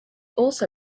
also